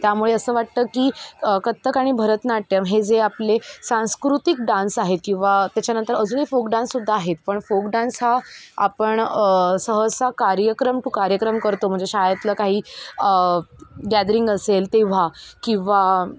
त्यामुळे असं वाटतं की कथ्थक आणि भरतनाट्यम हे जे आपले सांस्कृतिक डान्स आहेत किंवा त्याच्यानंतर अजूनही फोक डान्ससुद्धा आहेत पण फोक डान्स हा आपण सहसा कार्यक्रम टू कार्यक्रम करतो म्हणजे शाळेतलं काही गॅदरिंग असेल तेव्हा किंवा